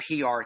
PR